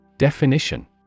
Definition